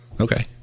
Okay